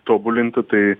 tobulinti tai